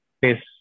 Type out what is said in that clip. face